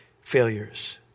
failures